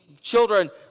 children